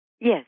Yes